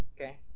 Okay